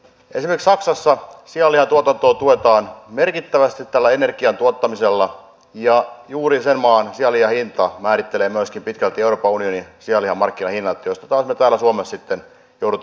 esimerkiksi saksassa sianlihan tuotantoa tuetaan merkittävästi tällä energiantuottamisella ja juuri sen maan sianlihan hinta määrittelee myöskin pitkälti euroopan unionin sianlihan markkinahinnat joista taas me täällä suomessa sitten joudumme kärsimään